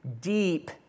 deep